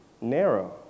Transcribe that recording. Narrow